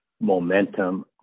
momentum